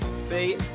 see